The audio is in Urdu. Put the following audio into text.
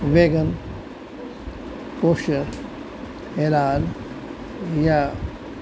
ویگن کوشر حلال یا